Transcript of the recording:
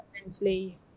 mentally